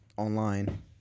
online